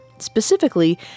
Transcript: Specifically